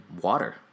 water